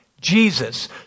Jesus